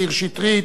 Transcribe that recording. מאיר שטרית,